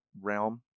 realm